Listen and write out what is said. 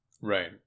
Right